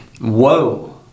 Whoa